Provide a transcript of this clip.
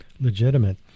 legitimate